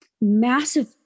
massive